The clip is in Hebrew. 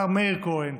השר מאיר כהן,